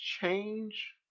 change